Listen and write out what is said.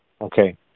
okay